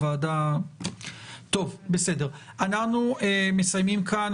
הוועדה --- אנחנו מסיימים כאן.